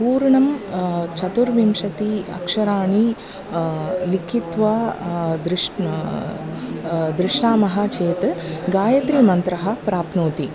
पूर्णं चतुर्विंशतिः अक्षराणि लिखित्वा दृश् दृशामः चेत् गायत्रीमन्त्रः प्राप्नोति